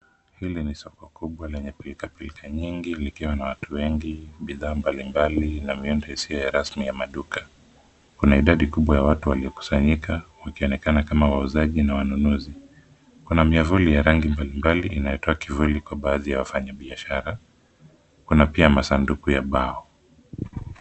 Hili ni soko kubwa lenye pilikapilika nyingi likiwa na watu wengi, bidhaa mbalimbali na miundo isiyo ya rasmi ya maduka. Kuna idadi kubwa ya watu waliokusanyika, wakionekana kama wauzaji na wanunuzi. Kuna miavuli ya rangi mbalimbali inayotoa kivuli kwa baadhi ya wafanyabiashara, kuna pia masanduku ya mbao.